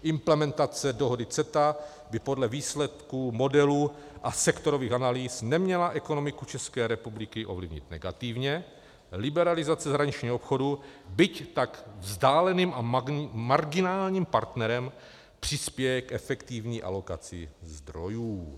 Implementace dohody CETA by podle výsledků modelu a sektorových analýz neměla ekonomiku České republiky ovlivnit negativně, liberalizace zahraničního obchodu, byť tak vzdáleným a marginálním partnerem, přispěje k efektivní alokaci zdrojů.